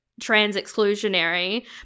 trans-exclusionary